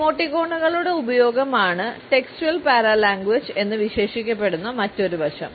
ഇമോട്ടിക്കോണുകളുടെ ഉപയോഗമാണ് textual paralanguage എന്ന് വിശേഷിപ്പിക്കപ്പെടുന്ന മറ്റൊരു വശം